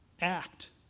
act